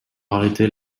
arrêter